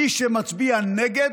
מי שמצביע נגד,